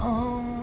oh